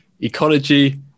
ecology